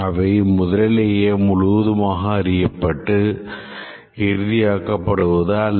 அவை முதலிலேயே முழுவதுமாக அறியப்பட்டு இறுதியாக்கப்படுவது அல்ல